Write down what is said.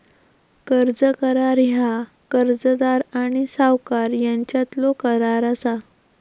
कर्ज करार ह्या कर्जदार आणि सावकार यांच्यातलो करार असा